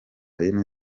yine